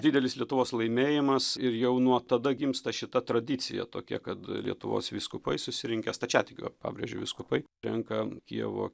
didelis lietuvos laimėjimas ir jau nuo tada gimsta šita tradicija tokia kad lietuvos vyskupai susirinkę stačiatikių pabrėžiu vyskupai renka kijevo